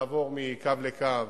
לעבור מקו לקו,